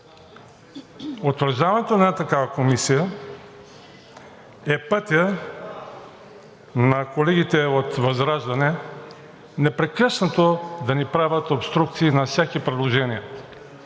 Утвърждаването на една такава комисия е пътят на колегите от ВЪЗРАЖДАНЕ непрекъснато да ни правят обструкции на всякакви предложения